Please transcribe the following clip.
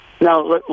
Now